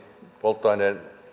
polttoaineen